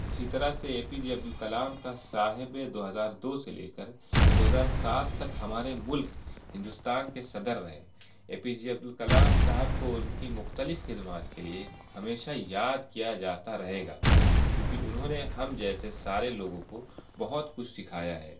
اسی طرح سے A P J Abdul Kalam کا صاحب دو ہزار دو سے لے کر دو ہزار سات تک ہمارے ملک ہندوستان کے صدر رہے A P J Abdul Kalam صاحب کو ان کی مختلف خدمات کے لیے ہمیشہ یاد کیا جاتا رہے گا کیونکہ انہوں نے ہم جیسے سارے لوگوں کو بہت کچھ سکھایا ہے